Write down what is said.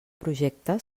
projecte